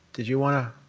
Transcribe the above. did you want to?